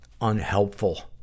unhelpful